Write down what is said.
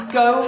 go